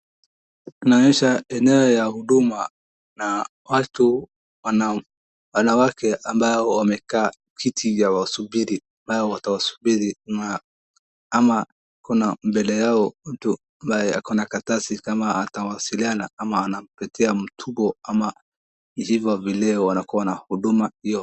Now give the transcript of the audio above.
Inaonyesha eneo la huduma na watu na wanawake ambao wamekaa kiti ya wasubiri nao wanasubiri ama kuna mbele yao kuna karatasi kama atawasiliana ama anapatia mtu hivyo vilivyo anakuwa na huduma hiyo.